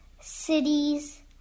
cities